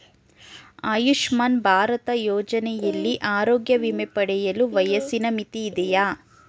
ಆಯುಷ್ಮಾನ್ ಭಾರತ್ ಯೋಜನೆಯಲ್ಲಿ ಆರೋಗ್ಯ ವಿಮೆ ಪಡೆಯಲು ವಯಸ್ಸಿನ ಮಿತಿ ಇದೆಯಾ?